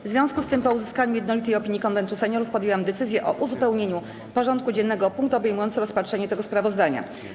W związku z tym, po uzyskaniu jednolitej opinii Konwentu Seniorów, podjęłam decyzję o uzupełnieniu porządku dziennego o punkt obejmujący rozpatrzenie tego sprawozdania.